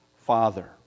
Father